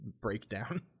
breakdown